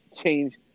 change